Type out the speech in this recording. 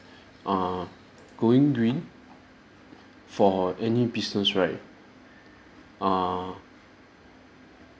err going green for any business right err